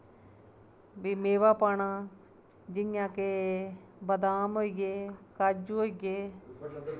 भी मेवा पाना जि'यां के बदाम होइये काजू होइये